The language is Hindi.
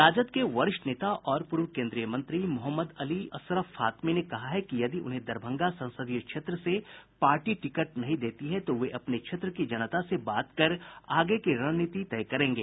राजद के वरिष्ठ नेता और पूर्व केन्द्रीय मंत्री मोहम्मद अली असरफ फातमी ने कहा है कि यदि उन्हें दरभंगा संसदीय क्षेत्र से पार्टी टिकट नहीं देती है तो वे अपने क्षेत्र की जनता से बात कर आगे की रणनीति तय करेंगे